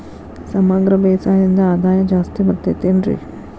ಸಮಗ್ರ ಬೇಸಾಯದಿಂದ ಆದಾಯ ಜಾಸ್ತಿ ಬರತೈತೇನ್ರಿ?